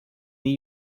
new